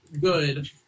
Good